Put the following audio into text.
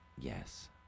yes